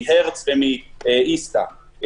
מהרץ ומאיסתא.